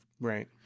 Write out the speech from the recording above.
Right